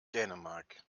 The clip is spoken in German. dänemark